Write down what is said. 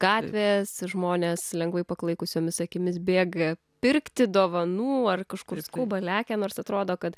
gatvės žmonės lengvai paklaikusiomis akimis bėga pirkti dovanų ar kažkur skuba lekia nors atrodo kad